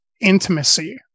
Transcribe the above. intimacy